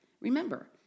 Remember